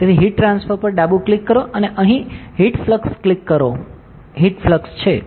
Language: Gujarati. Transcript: તેથી હીટ ટ્રાન્સફર પર ડાબું ક્લિક કરો અને અહીં હીટ ફ્લક્સ ક્લિક કરો હીટ ફ્લક્સ છે